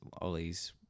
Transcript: ollie's